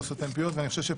לא סותם פיות,